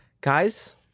Guys